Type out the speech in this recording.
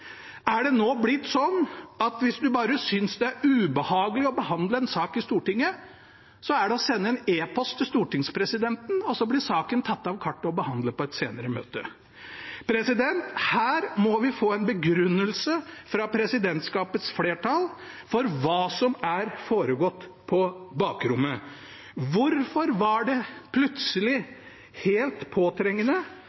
Er det nå blitt sånn at hvis man synes det er ubehagelig å behandle en sak i Stortinget, er det bare å sende en e-post til stortingspresidenten, og så blir saken tatt av kartet og behandlet i et senere møte? Her må vi få en begrunnelse fra presidentskapets flertall for hva som har foregått på bakrommet. Hvorfor var det plutselig